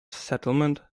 settlement